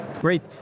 Great